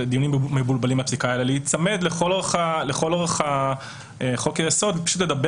מבולבלים מהפסיקה אלא להיצמד לכל אורך חוק היסוד ופשוט לדבר